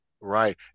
Right